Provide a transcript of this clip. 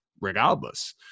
regardless